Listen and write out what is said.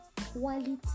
quality